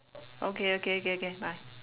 okay okay okay okay bye